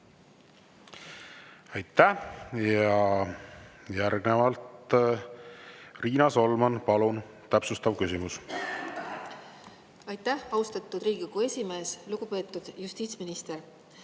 Aitäh! Järgnevalt Riina Solman, palun, täpsustav küsimus! Aitäh, austatud Riigikogu esimees! Lugupeetud justiitsminister!